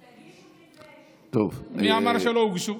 תגישו כתבי אישום.